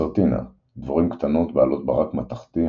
צרטינה – דבורים קטנות בעלות ברק מתכתי,